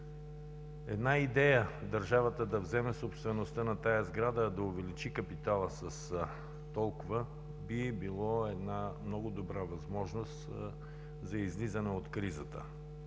Идеята държавата да вземе собствеността на тази сграда и да увеличи капитала с толкова би било една много добра възможност за излизане от кризата.